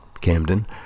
Camden